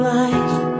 life